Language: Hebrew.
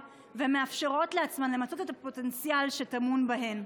ומאפשרות לעצמן למצות את הפוטנציאל שטמון בהן,